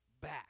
back